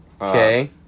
Okay